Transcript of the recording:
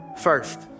First